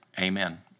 amen